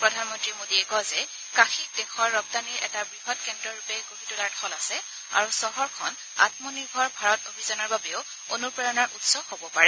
প্ৰধানমন্ত্ৰী মোডীয়ে কয় যে কাশীক দেশৰ ৰপ্তানিৰ এটা বৃহৎকেন্দ্ৰ ৰূপে গঢ়ি তোলাৰ থল আছে আৰু চহৰখন আম্ম নিৰ্ভৰ ভাৰত অভিযানৰ বাবেও অনুপ্ৰেৰণাৰ উৎস হব পাৰে